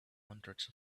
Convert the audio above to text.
hundreds